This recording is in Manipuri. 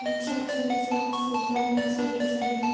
ꯔꯨꯛꯁꯥꯠ ꯁꯝꯁꯥꯠ ꯁꯨꯜꯇꯥꯅꯥ ꯁꯔꯤꯐ ꯁꯍꯤꯐ